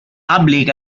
public